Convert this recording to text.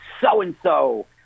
so-and-so